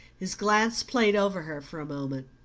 his glance played over her for a moment.